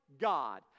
God